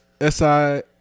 S-I-